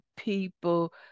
People